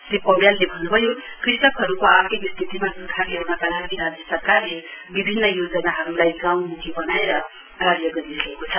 श्री पौड़यालले अन्नुभयो कृषकहरूको आर्थिक स्थितिमा सुधार ल्याउनका लागि राज्य सरकारले बिभिन्न योजनाहरूलाई गाउँमुखी बनाएर कार्य गरिरहेको छ